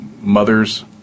mothers